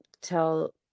tell